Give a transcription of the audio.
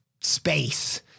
space